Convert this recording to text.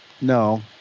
No